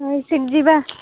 ନାସିକ୍ ଯିବା